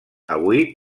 avui